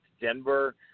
Denver